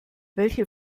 welche